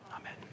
amen